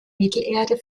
mittelerde